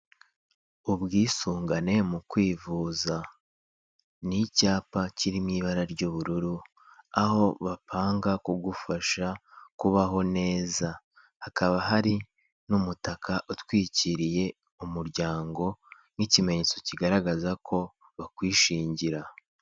Ubwisungane mu kwivuza, ni icyapa kiririmo ibara ry'ubururu aho bapanga kugufasha kubaho neza hakaba hari n'umutaka utwikiriye umuryango nk'ikimenyetso kigaragaza ko bakwishingira.